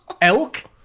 elk